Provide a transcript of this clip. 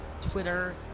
Twitter